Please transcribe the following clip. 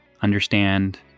understand